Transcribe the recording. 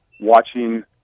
watching